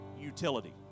utility